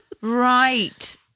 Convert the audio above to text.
Right